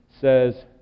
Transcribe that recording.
says